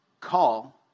call